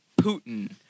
Putin